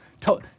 Tell